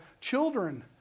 children